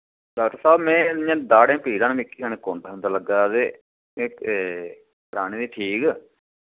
doctor स्हाब मैं इ'य्यां दाड़ें पीड़ां न मिकी कन्नै लग्गे दा ते इक एह् करानी ही ठीक